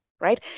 right